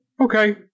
Okay